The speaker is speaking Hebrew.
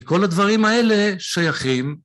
כל הדברים האלה שייכים.